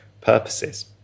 purposes